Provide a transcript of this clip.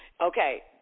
Okay